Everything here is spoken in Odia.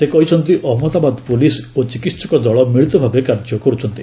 ସେ କହିଛନ୍ତି ଅହମ୍ମଦାବାଦ ପୋଲିସ ଓ ଚିକିହକ ଦଳ ମିଳିତ ଭାବେ କାର୍ଯ୍ୟ କର୍ତ୍ତନ୍ତି